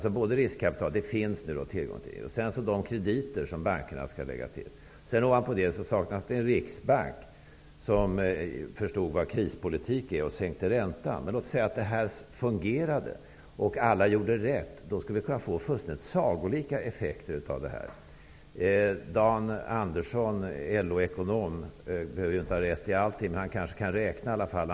Sedan gäller det de krediter som bankerna skall lägga till. Ovanpå detta har det saknats en riksbank som förstått vad krispolitik är och som sänkte räntan. Men låt oss säga att det här fungerade och att alla gjorde rätt. Då skulle vi kunna få fullständigt sagolika effekter. Dan Andersson, LO-ekonom, behöver inte ha rätt i allt han säger. Men han kanske kan räkna i alla fall.